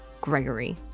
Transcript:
Gregory